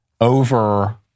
over